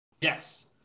Yes